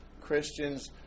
Christians